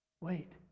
Wait